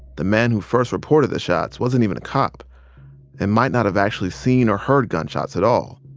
the man who first reported the shots wasn't even a cop and might not have actually seen or heard gunshots at all.